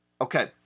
Okay